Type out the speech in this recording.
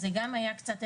אז זו גם הייתה בדיחה.